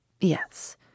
Yes